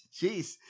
Jeez